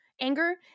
anger